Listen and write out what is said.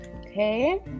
Okay